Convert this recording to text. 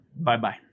Bye-bye